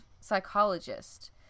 psychologist